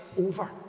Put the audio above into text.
over